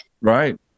Right